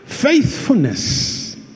faithfulness